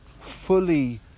fully